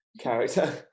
character